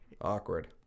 awkward